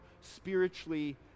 spiritually